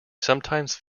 sometimes